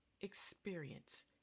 experience